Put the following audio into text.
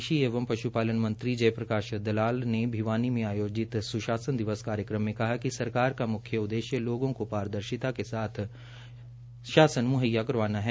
कृषि एवं पश्पालन मंत्री जय प्रकाश दलाल ने भिवानी में आयोजित सुशासन दिवस कार्यक्रम में कहा कि सरकार का मुख्य उद्देश्य लोगों को पारदर्शिता के साथ शासन मुहैया करवाना है